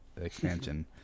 expansion